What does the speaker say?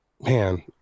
Man